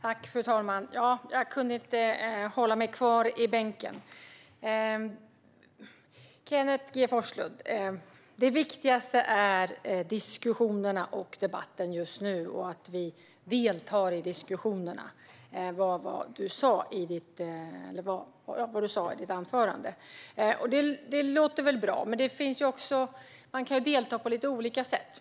Fru talman! Jag kunde inte hålla mig kvar i bänken. Det viktigaste är diskussionerna och debatten just nu och att vi deltar i diskussionerna, sa Kenneth G Forslund i sitt anförande. Det låter väl bra. Men man kan ju delta på lite olika sätt.